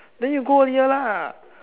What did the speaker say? then you go earlier lah